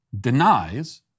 denies